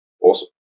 Awesome